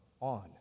on